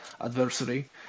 adversary